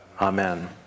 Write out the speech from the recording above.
Amen